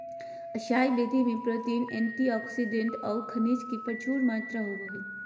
असाई berry में protein, antioxidant औऊ खनिज के प्रचुर मात्रा होबो हइ